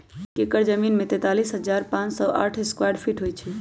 एक एकड़ जमीन में तैंतालीस हजार पांच सौ साठ स्क्वायर फीट होई छई